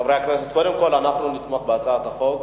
חברי הכנסת, קודם כול, אנחנו נתמוך בהצעת החוק.